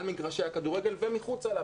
על מגרש כדורגל ומחוצה לו,